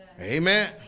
amen